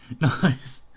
nice